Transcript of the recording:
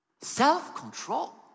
self-control